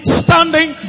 standing